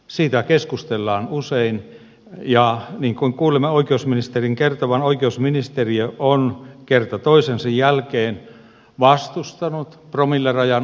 siitä keskustellaan usein ja niin kuin kuulimme oikeusministerin kertovan oikeusministeriö on kerta toisensa jälkeen vastustanut promillerajan alentamista